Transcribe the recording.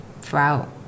throughout